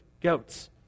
goats